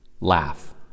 Laugh